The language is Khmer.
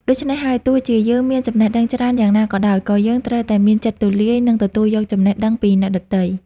ដូច្នេះហើយ ទោះជាយើងមានចំណេះដឹងច្រើនយ៉ាងណាក៏ដោយ ក៏យើងត្រូវតែមានចិត្តទូលាយ និងទទួលយកចំណេះដឹងពីអ្នកដទៃ។